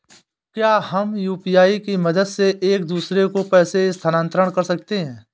क्या हम यू.पी.आई की मदद से एक दूसरे को पैसे स्थानांतरण कर सकते हैं?